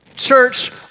church